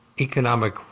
economic